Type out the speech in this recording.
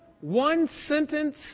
one-sentence